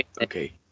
okay